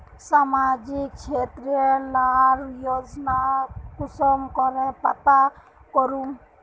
सामाजिक क्षेत्र लार योजना कुंसम करे पता करूम?